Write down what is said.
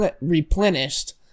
replenished